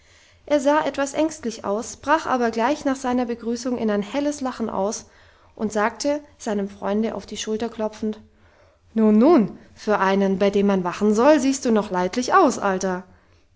er sah etwas ängstlich aus brach aber gleich nach seiner begrüßung in ein helles lachen aus und sagte seinem freunde auf die schulter klopfend nun nun für einen bei dem man wachen soll siehst du noch leidlich aus alter